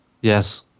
Yes